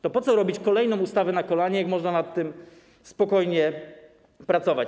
To po co robić kolejną ustawę na kolanie, jak można nad tym spokojnie pracować?